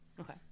okay